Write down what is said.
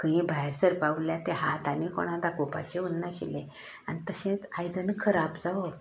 खंय भायर सरपां उरल्यार तें हात आनी कोणाक दाखोवपाचें उरना आशिल्लें आनी तशेंच आयदन खराब जावप